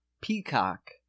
peacock